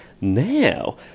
Now